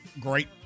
great